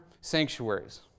sanctuaries